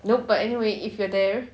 nope but anyway if you are there